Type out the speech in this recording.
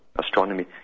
astronomy